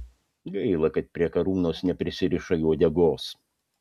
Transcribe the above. gaila kad prie karūnos neprisirišai uodegos